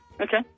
Okay